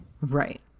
Right